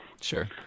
Sure